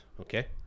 okay